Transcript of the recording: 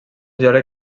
geòleg